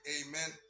Amen